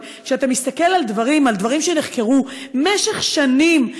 אבל כשאתה מסתכל על דברים שנחקרו במשך שנים,